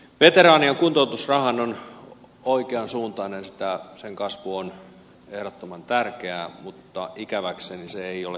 veteraanien kuntoutusrahan kasvattaminen on oikeansuuntainen sen kasvu on ehdottoman tärkeää mutta ikäväkseni se ei ole kyllä riittävä